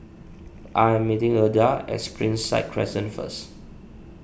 I am meeting Eartha at Springside Crescent first